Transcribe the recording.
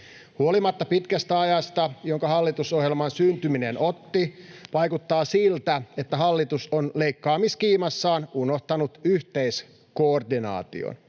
Huolimatta pitkästä ajasta, jonka hallitusohjelman syntyminen otti, vaikuttaa siltä, että hallitus on leikkaamiskiimassaan unohtanut yhteiskoordinaation.